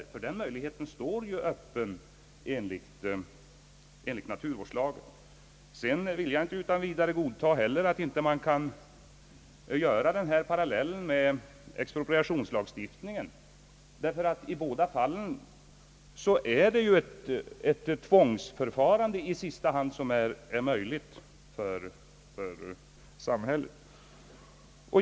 Den möjligheten står ju öppen enligt naturvårdslagen. Jag vill inte heller utan vidare godta resonemanget, att man här inte skulle kunna dra en parallell med expropriationslagstiftningen. I båda fallen har ju samhället möjlighet att i sista hand tillgripa ett tvångsförfarande.